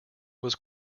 was